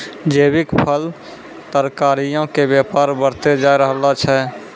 जैविक फल, तरकारीयो के व्यापार बढ़तै जाय रहलो छै